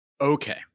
Okay